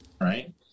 right